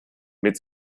mit